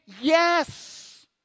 Yes